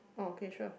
oh okay sure